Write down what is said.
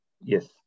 Yes